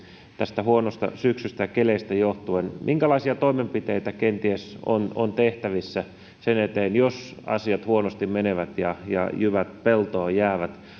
tästä huonosta syksystä ja keleistä johtuen minkälaisia toimenpiteitä kenties on on tehtävissä sen eteen jos asiat huonosti menevät ja ja jyvät peltoon jäävät